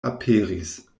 aperis